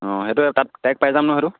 অঁ সেইটোৱে তাত ডাৰেক্ট পাই যাম নহ্ সেইটো